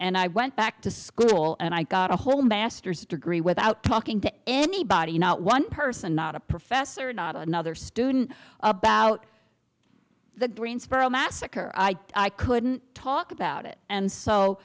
and i went back to school and i got a whole master's degree without talking to anybody not one person not a professor not another student about the greensboro massacre i couldn't talk about it and so